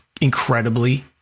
incredibly